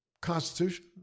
Constitution